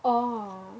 orh